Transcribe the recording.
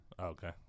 Okay